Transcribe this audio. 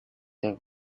that